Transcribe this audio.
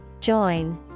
Join